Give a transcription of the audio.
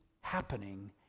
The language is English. happening